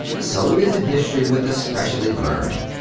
so it is in history with the specially learned.